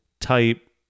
type